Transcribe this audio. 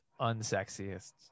unsexiest